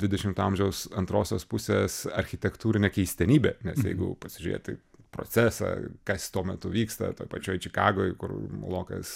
dvidešimto amžiaus antrosios pusės architektūrinė keistenybė nes jeigu pasižiūrėti procesą kas tuo metu vyksta toj pačioj čikagoj kur mulokas